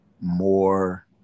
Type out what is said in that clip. more